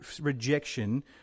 rejection